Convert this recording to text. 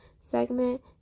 segment